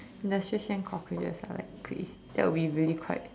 industrial strength cockroaches are like crazy that would be really quite